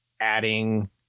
adding